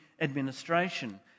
administration